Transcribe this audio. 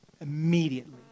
immediately